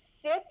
sit